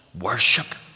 worship